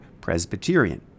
Presbyterian